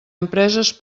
empreses